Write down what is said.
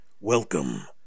welcome